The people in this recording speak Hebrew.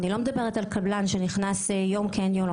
אני לא מדברת על קבלן שנכנסת יום כן יום לא,